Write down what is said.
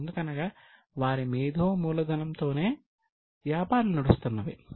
ఎందుకనగా వారి మేధో మూలధనంతో నే వ్యాపారాలు నడుస్తున్నవి